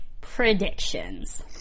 predictions